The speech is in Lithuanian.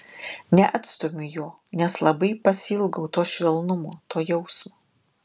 neatstumiu jo nes labai pasiilgau to švelnumo to jausmo